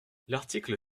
l’article